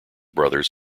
brothers